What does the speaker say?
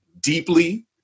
deeply